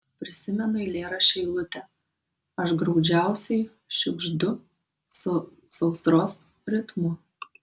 prisimenu eilėraščio eilutę aš graudžiausiai šiugždu su sausros ritmu